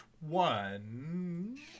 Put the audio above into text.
one